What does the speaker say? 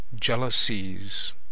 Jealousies